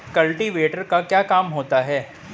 Cultivator का क्या काम होता है?